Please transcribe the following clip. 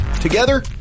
Together